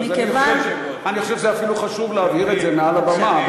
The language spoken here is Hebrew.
אני חושב שאפילו חשוב להבהיר את זה מעל הבמה,